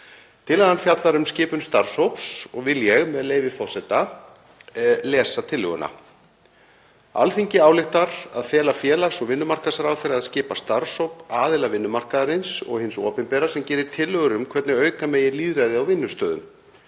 Tillagan fjallar um skipun starfshóps og vil ég, með leyfi forseta, lesa tillöguna: „Alþingi ályktar að fela félags- og vinnumarkaðsráðherra að skipa starfshóp aðila vinnumarkaðarins og hins opinbera sem geri tillögur um hvernig auka megi lýðræði á vinnustöðum.